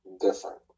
Different